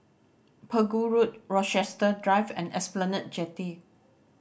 Pegu Road Rochester Drive and Esplanade Jetty